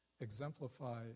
exemplify